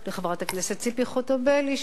לחברת הכנסת ציפי חוטובלי,